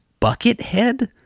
Buckethead